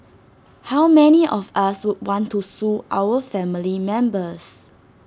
how many of us would want to sue our family members